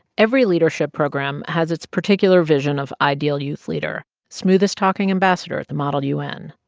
every leadership program has its particular vision of ideal youth leader smoothest talking ambassador at the model u n,